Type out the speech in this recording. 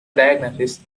diagnosis